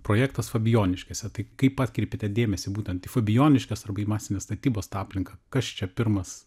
projektas fabijoniškėse tai kaip atkreipėte dėmesį būtent į fabijoniškes arba į masinės statybos tą aplinką kas čia pirmas